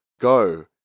Go